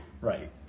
Right